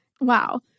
Wow